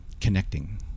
connecting